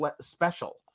special